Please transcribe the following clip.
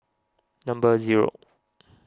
number zero